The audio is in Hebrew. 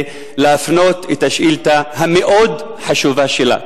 להפנות את השאילתא המאוד-חשובה שלה.